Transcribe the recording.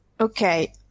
Okay